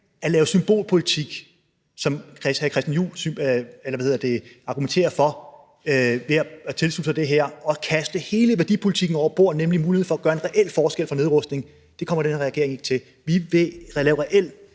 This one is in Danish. at lave symbolpolitik, som hr. Christian Juhl argumenterer for, ved at tilslutte sig det her og kaste hele værdipolitikken over bord og muligheden for at gøre en reel forskel for nedrustning, kommer den her regering ikke til. Vi vil lave reel